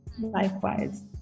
likewise